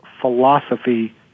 philosophy